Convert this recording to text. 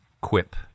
quip